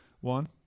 One